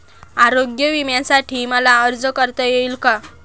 आरोग्य विम्यासाठी मला अर्ज करता येईल का?